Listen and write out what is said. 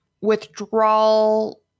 withdrawal